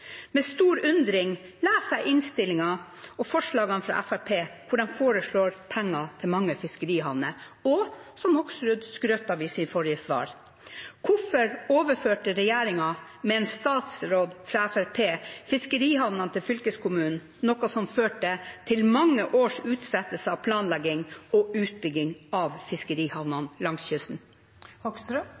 Med stor undring leser jeg innstillingen og forslagene fra Fremskrittspartiet hvor de foreslår penger til mange fiskerihavner, som Hoksrud skrøt av i sitt forrige svar. Hvorfor overførte regjeringen med en statsråd fra Fremskrittspartiet fiskerihavnene til fylkeskommunene, noe som førte til mange års utsettelse av planlegging og utbygging av fiskerihavnene langs